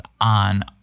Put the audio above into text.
on